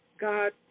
God